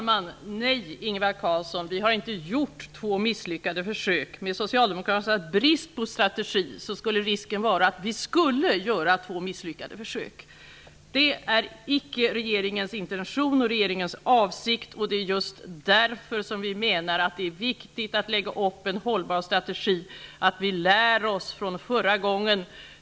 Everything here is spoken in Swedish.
Herr talman! Nej, vi har inte gjort två misslyckade försök, Ingvar Carlsson. Med Socialdemokraternas brist på strategi skulle risken vara att vi gjorde två misslyckade försök. Det är icke regeringens intention och regeringens avsikt. Det är just därför som vi menar att det är viktigt att lägga upp en hållbar strategi och att vi lär oss någonting från förra gången.